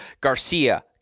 Garcia